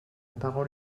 parole